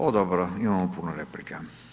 O dobro, imamo puno replika.